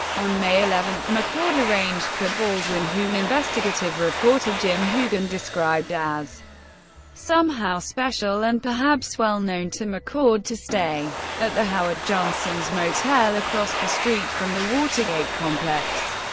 on may eleven, mccord arranged for baldwin, whom investigative reporter jim hougan described as somehow special and perhaps well known to mccord, to stay at the howard johnson's motel across the street from the watergate complex.